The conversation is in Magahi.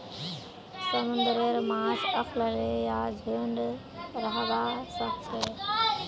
समुंदरेर माछ अखल्लै या झुंडत रहबा सखछेक